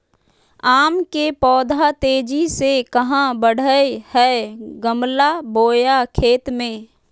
आम के पौधा तेजी से कहा बढ़य हैय गमला बोया खेत मे?